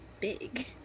big